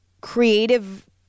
creative